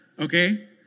Okay